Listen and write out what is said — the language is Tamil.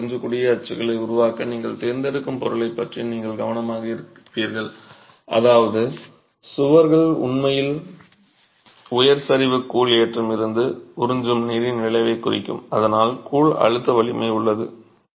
எனவே உறிஞ்சக்கூடிய அச்சுகளை உருவாக்க நீங்கள் தேர்ந்தெடுக்கும் பொருளைப் பற்றி நீங்கள் கவனமாக இருப்பீர்கள் அதாவது சுவர்கள் உண்மையில் உயர் சரிவு கூழ் ஏற்றம் இருந்து உறிஞ்சும் நீரின் விளைவைக் குறிக்கும் அதனால் கூழ் அழுத்த வலிமை உள்ளது